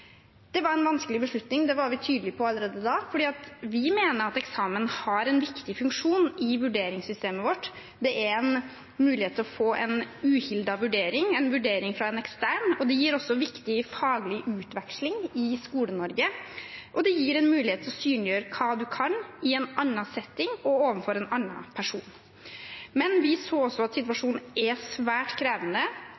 Det var en vanskelig beslutning, det var vi tydelig på allerede da, fordi vi mener at eksamen har en viktig funksjon i vurderingssystemet vårt. Det er en mulighet til å få en uhildet vurdering, en vurdering fra en ekstern, det gir også viktig faglig utveksling i Skole-Norge, og det gir en mulighet til å synliggjøre hva man kan, i en annen setting og overfor en annen person. Men vi så også at